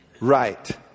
right